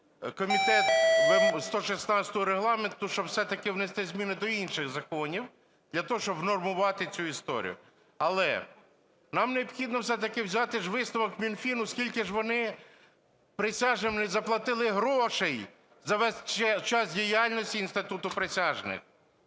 комітет 116-у Регламенту, щоб все-таки внести зміни до інших законів для того, щоб внормувати цю історію. Але нам необхідно все-таки взяти висновок Мінфіну, скільки ж вони присяжним не заплатили грошей за весь час діяльності інституту присяжних.